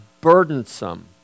burdensome